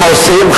אם עושים,